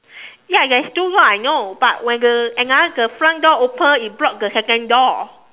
ya there is two door I know but when the another the front door open it block the second door